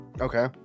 Okay